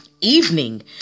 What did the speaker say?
evening